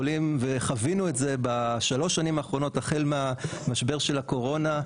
וחווינו את זה בשלוש השנים האחרונות החל מהמשבר של הקורונה,